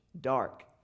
dark